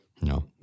No